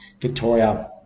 victoria